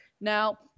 Now